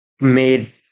made